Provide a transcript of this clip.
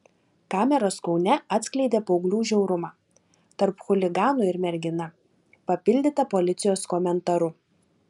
kameros kaune atskleidė paauglių žiaurumą tarp chuliganų ir mergina papildyta policijos komentaru